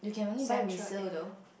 central area